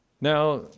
Now